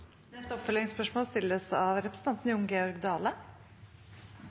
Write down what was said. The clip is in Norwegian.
Jon Georg Dale